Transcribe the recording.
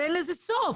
אין לזה סוף.